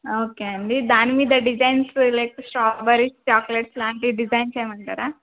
okay అండి దాని మీద డిజైన్స్ లైక్ స్ట్రాబెరీస్ చాక్లెట్స్ లాంటి డిజైన్స్ చేయమంటారా